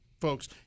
folks